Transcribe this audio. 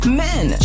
men